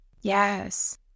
Yes